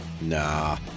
Nah